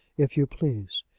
if you please.